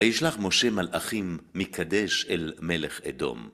וישלח משה מלאכים מקדש אל מלך אדום.